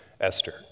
Esther